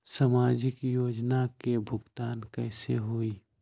समाजिक योजना के भुगतान कैसे होई?